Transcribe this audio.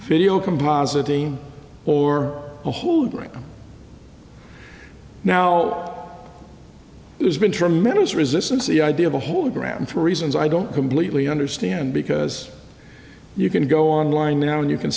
video composite team or hold right now there's been tremendous resistance the idea of a whole gram for reasons i don't completely understand because you can go online now and you can